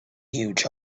huge